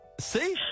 See